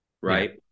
right